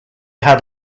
had